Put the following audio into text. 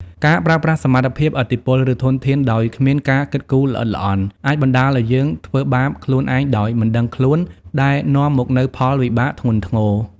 ការប្រើប្រាស់សមត្ថភាព ឥទ្ធិពល ឬធនធានដោយគ្មានការគិតគូរល្អិតល្អន់ អាចបណ្ដាលឲ្យយើងធ្វើបាបខ្លួនឯងដោយមិនដឹងខ្លួន ដែលនាំមកនូវផលវិបាកធ្ងន់ធ្ងរ។